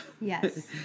Yes